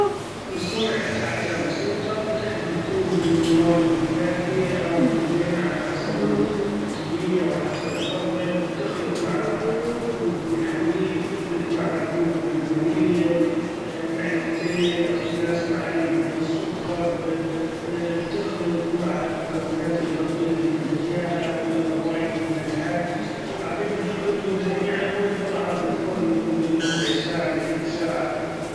لصنع كعكة بسيطة; بتحضر كوب من الماي الدافية أو كوبين على حسب ال- الكمية ،وعلى حسب الرغبة بتخلط معها كوب من الحليب بتخلط معها كوب من الفإنيليا معلقتين أو ثلاث معالق من السكر ، ب- بتخلط معها المكونات الاضافيه اللي بدك ياها والروايح والنكهات ، بعدين بتخلطهم چميعا وبتضعها في الفرن لمدة من ربع ساعة لتلت ساعة.